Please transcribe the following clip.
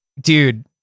Dude